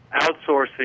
outsourcing